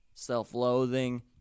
self-loathing